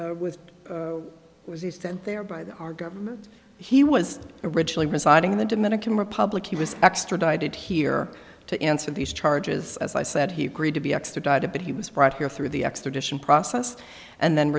was he sent there by the our government he was originally residing in the dominican republic he was extradited here to answer these charges as i said he agreed to be extradited but he was brought here through the extradition process and then